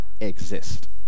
exist